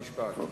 חוק ומשפט.